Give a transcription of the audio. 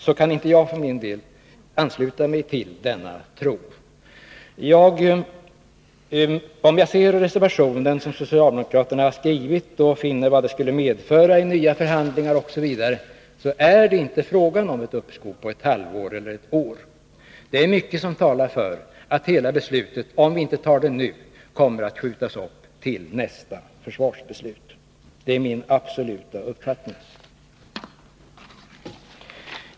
Jag kan för min del inte ansluta mig till den tron. När jag ser vad den reservation som socialdemokraterna har skrivit skulle medföra i fråga om nya förhandlingar osv. måste jag säga att uppskovet inte skulle bli på ett halvår eller ett år. Det är mycket som talar för att hela beslutet — om vi inte tar det nu — då måste skjutas upp till nästa försvarsbeslut. Det är min absoluta uppfattning.